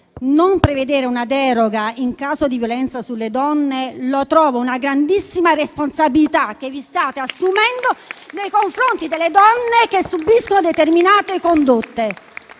non prevedere una deroga in caso di violenza sulle donne sia una grandissima responsabilità che vi state assumendo nei confronti delle donne che subiscono determinate condotte.